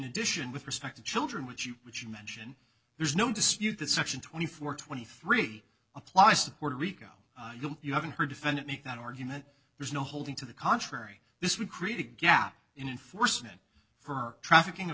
addition with respect to children which you would you imagine there's no dispute that section twenty four twenty three applies to puerto rico you haven't heard defendant make that argument there's no holding to the contrary this would create a gap in enforcement for trafficking of